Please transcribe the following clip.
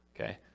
Okay